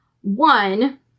one